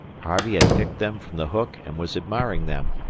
harvey had picked them from the hook, and was admiring them.